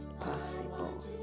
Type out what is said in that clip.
possible